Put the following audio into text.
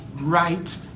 right